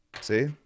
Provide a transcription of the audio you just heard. See